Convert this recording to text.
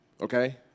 Okay